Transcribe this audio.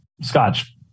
Scotch